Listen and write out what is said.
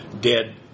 dead